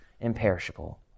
imperishable